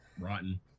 rotten